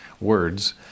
words